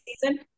season